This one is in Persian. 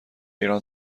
ایران